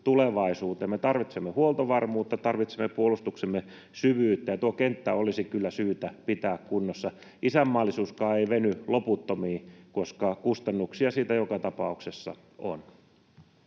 Me tarvitsemme huoltovarmuutta, tarvitsemme puolustukseemme syvyyttä, ja tuo kenttä olisi kyllä syytä pitää kunnossa. Isänmaallisuuskaan ei veny loputtomiin, koska kustannuksia siitä joka tapauksessa on.